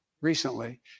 recently